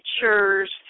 pictures